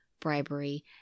bribery